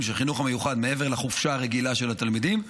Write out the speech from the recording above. של החינוך המיוחד מעבר לחופשה הרגילה של התלמידים,